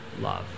love